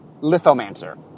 Lithomancer